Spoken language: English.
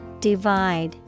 divide